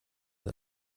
nun